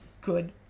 good